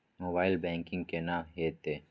Mobile banking केना हेते?